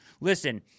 listen